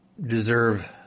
deserve